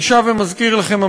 אני שב ומזכיר לכם,